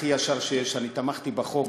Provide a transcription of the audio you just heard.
הכי ישר שיש: אני תמכתי בחוק.